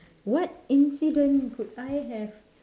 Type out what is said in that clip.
what incident could I have